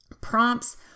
prompts